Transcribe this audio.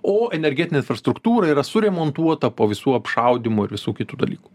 o energetinė infrastruktūra yra suremontuota po visų apšaudymų ir visų kitų dalykų